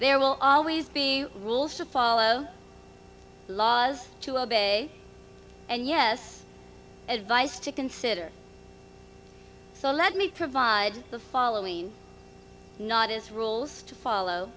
there will always be rules to follow laws to obey and yes advice to consider so let me provide the following not as rules to follow